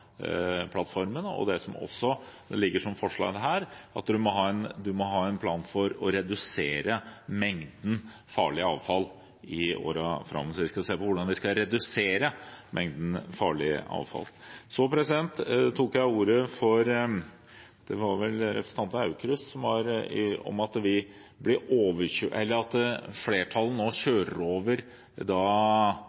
og det som også ligger som forslag her, om at man må ha en plan for å redusere mengden farlig avfall i årene framover. Så vi skal se på hvordan vi skal redusere mengden farlig avfall. Så tok jeg ordet fordi representanten Aukrust, var det vel, snakket om at flertallet nå kjører over Høyre, Fremskrittspartiet og Venstre når det gjelder matkastelov. Da må jeg si at